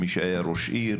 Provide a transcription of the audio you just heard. מי שהיה ראש עיר,